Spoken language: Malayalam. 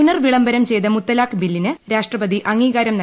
പുനർവിളംബരം ചെയ്ത് മുത്തലാഖ് ഓർഡിനൻസിന് രാഷ്ട്രപതി അംഗീകാരം നൽകി